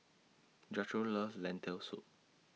Jethro loves Lentil Soup